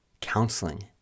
counseling